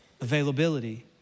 availability